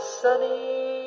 sunny